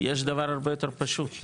יש דבר הרבה יותר פשוט.